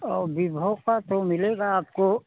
और बीभो का तो मिलेगा आपको